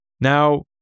Now